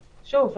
שוב,